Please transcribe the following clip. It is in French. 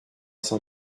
cent